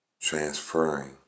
Transferring